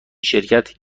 شرکت